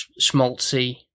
schmaltzy